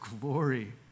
glory